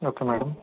okay madam